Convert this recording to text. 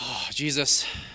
Jesus